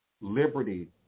liberty